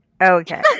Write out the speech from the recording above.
Okay